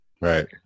Right